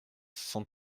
cent